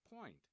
point